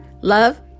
love